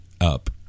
up